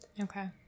Okay